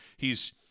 hes